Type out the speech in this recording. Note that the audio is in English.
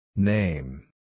Name